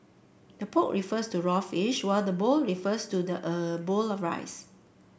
the poke refers to raw fish while the bowl refers to the er bowl of rice